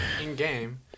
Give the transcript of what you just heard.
In-game